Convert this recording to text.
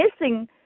missing